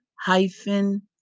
hyphen